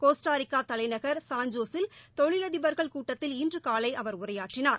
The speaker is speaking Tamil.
கோஸ்ட்டாரிக்கா தலைநகர் சான்ஜோஸ் ல் தொழிலதிபர்கள் கூட்டத்தில் இன்று காலை அவர் உரையாற்றினார்